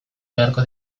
beharko